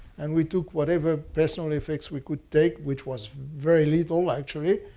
and we took whatever personal effects we could take, which was very little, actually,